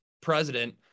president